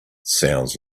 sounds